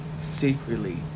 secretly